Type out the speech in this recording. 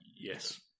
Yes